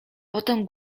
potem